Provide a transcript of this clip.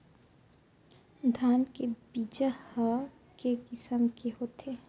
धान के बीजा ह के किसम के होथे?